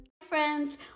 friends